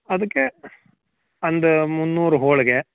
ಅದಕ್ಕೆ ಒಂದು ಮುನ್ನೂರು ಹೋಳಿಗೆ